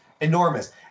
enormous